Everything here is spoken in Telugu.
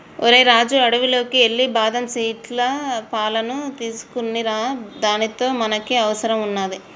ఓరై రాజు అడవిలోకి ఎల్లి బాదం సీట్ల పాలును తీసుకోనిరా దానితో మనకి అవసరం వున్నాది